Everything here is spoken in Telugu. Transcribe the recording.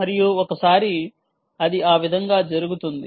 మరియు ఒకసారి అది ఆ విధంగా జరుగుతుంది